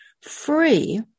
free